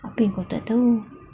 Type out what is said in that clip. apa yang kau tak tahu